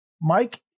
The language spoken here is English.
Mike